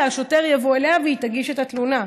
אלא השוטר יבוא אליה והיא תגיש את התלונה,